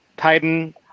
Titan